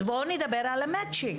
אז בואו נדבר על ה-Matching,